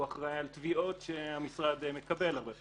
הוא אחראי על תביעות שהמשרד מקבל הרבה פעמים.